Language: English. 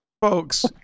folks